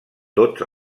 tots